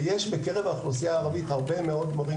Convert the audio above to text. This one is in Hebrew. ויש בקרב האוכלוסייה הערבית הרבה מאוד מורים